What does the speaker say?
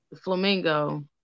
flamingo